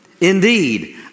Indeed